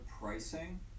Pricing